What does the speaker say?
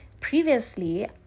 previously